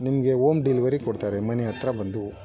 ನಿಮಗೆ home delivery ಕೊಡ್ತಾರೆ ಮನೆ ಹತ್ರ ಬಂದು